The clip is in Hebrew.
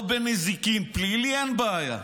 לא בנזיקין, בפלילי אין בעיה.